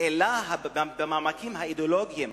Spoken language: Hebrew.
אלא במעמקים האידיאולוגיים,